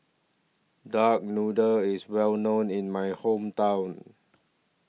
Duck Noodle IS Well known in My Hometown